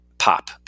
pop